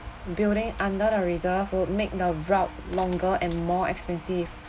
building under the reserve would make the route longer and more expensive